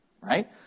right